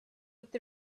with